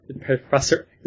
Professor